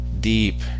deep